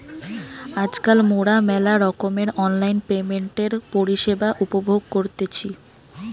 আজকাল মোরা মেলা রকমের অনলাইন পেমেন্টের পরিষেবা উপভোগ করতেছি